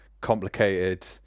complicated